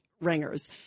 Ringers